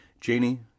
Janie